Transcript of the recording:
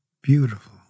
beautiful